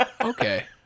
Okay